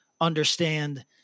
understand